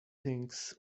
things